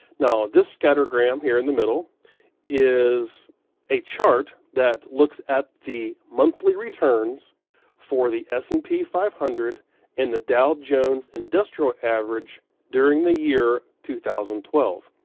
now, this scattergram here in the middle is a chart that looks at the monthly returns for the s and p five hundred and the dow jones industrial average during the year two thousand and twelve.